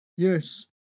Yes